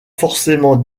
forcément